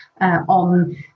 on